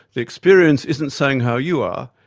the experience isn't saying how you are,